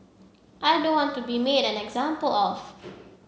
I don't want to be made an example of